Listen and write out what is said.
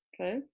Okay